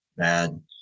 Bad